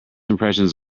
impressions